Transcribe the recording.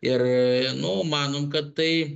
ir nu manom kad tai